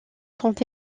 sont